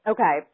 Okay